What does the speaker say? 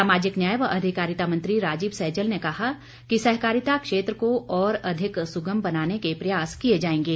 सामाजिक न्याय व अधिकारिता मंत्री राजीव सैजल ने कहा कि सहकारिता क्षेत्र को और अधिक सुगम बनाने के प्रयास किए जाएंगे